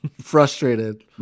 frustrated